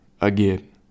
again